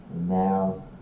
now